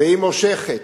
והיא מושכת.